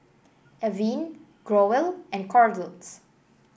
Avene Growell and Kordel's